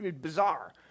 Bizarre